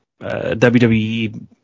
WWE